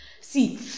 See